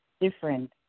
different